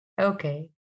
Okay